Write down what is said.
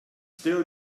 still